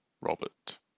Robert